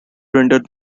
render